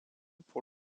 pour